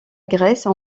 grèce